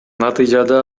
натыйжада